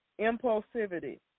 impulsivity